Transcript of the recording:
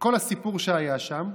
וכל הסיפור שהיה שם.